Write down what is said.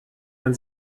man